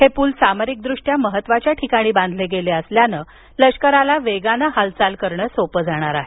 हे पूल सामरिकदृष्ट्या महत्वाच्या ठिकाणी बांधले गेले असल्यानं लष्कराला वेगानं हालचाल करणं सोपं जाणार आहे